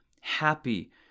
Happy